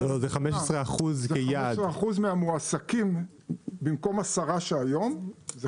15% מהמועסקים במקום 10% שהיום.